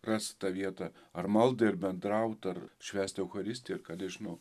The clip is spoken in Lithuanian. rast tą vietą ar maldai ar bendraut ar švęst eucharistiją ar ką nežinau